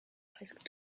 presque